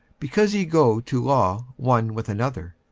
because ye go to law one with another.